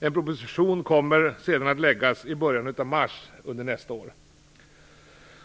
En proposition kommer sedan att läggas i början av mars nästa år.